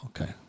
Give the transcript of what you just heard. okay